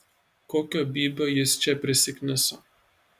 kokio bybio jis čia prisikniso